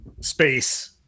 space